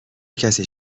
کسی